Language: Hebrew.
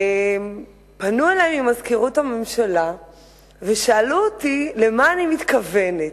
פנו אלי ממזכירות הממשלה ושאלו אותי למה אני מתכוונת,